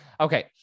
okay